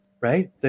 right